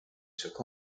took